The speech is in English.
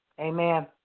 Amen